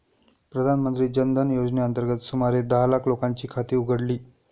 प्रधानमंत्री जन धन योजनेअंतर्गत सुमारे दहा लाख लोकांची खाती उघडली